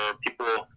people